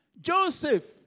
Joseph